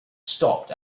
stopped